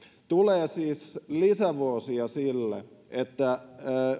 tulee siis lisävuosia sille että